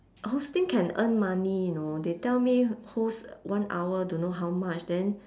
hosting can earn money you know they tell me host one hour don't know how much then